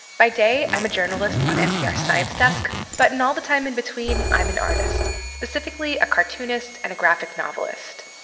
by day, i'm a journalist on npr's science desk. but in all the time in between, i'm an artist, specifically a cartoonist and a graphic novelist.